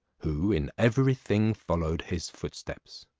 who in every thing followed his footsteps.